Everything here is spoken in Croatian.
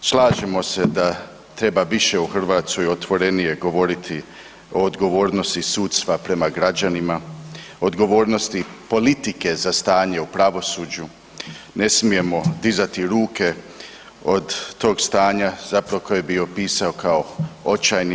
slažemo se da treba više u Hrvatskoj otvorenije govoriti o odgovornosti sudstva prema građanima, odgovornosti politike za stanje u pravosuđu, ne smijemo dizati ruke od tog stanja koje bi opisao kao očajnim.